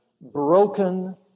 broken